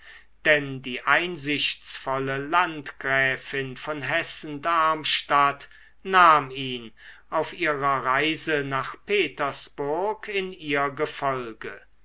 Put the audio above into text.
denn die einsichtsvolle landgräfin von hessen-darmstadt nahm ihn auf ihrer reise nach petersburg in ihr gefolge